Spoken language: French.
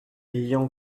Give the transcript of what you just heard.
ayant